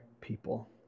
people